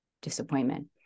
Disappointment